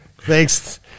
Thanks